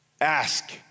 ask